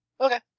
Okay